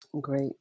Great